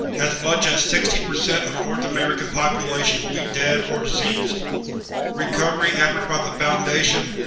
as much as sixty percent of north american population will be dead or diseased recovery efforts by the foundation,